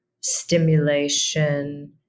stimulation